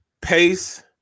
Pace